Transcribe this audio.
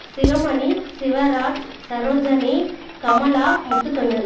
Sivamani Sivaraj Sarojini Kamala Muthukannu